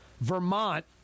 Vermont